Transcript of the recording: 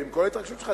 עם כל ההתרגשות שלך,